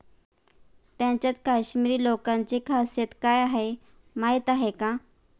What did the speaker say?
त्यांच्यात काश्मिरी लोकांची खासियत काय आहे माहीत आहे का?